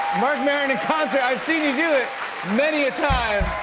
marc maron in concert. i've seen you do it many a time.